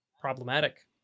problematic